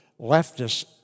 leftist